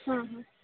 ಹಾಂ ಹಾಂ